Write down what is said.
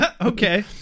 Okay